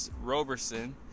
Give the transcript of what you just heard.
Roberson